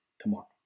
tomorrow